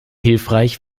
hilfreich